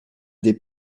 des